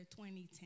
2010